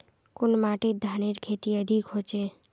कुन माटित धानेर खेती अधिक होचे?